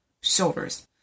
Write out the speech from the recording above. shoulders